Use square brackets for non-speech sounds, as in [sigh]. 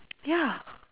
[noise] ya